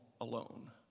alone